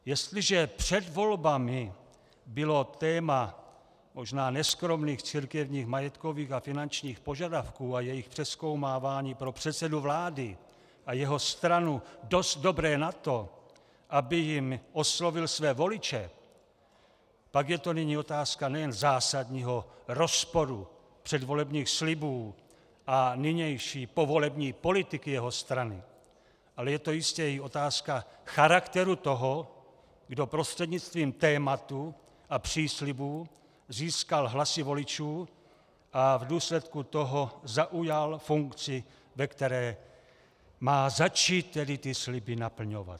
Jestliže před volbami bylo téma možná neskromných církevních majetkových a finančních požadavků a jejich přezkoumávání pro předsedu vlády a jeho strany dost dobré na to, aby jím oslovil své voliče, pak je to nyní otázka nejen zásadního rozporu předvolebních slibů a nynější povolební politiky jeho strany, ale je to jistě i otázka charakteru toho, kdo prostřednictvím tématu a příslibů získal hlasy voličů a v důsledku toho zaujal funkci, ve které má začít ty sliby naplňovat.